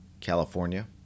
California